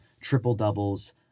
triple-doubles